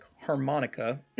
harmonica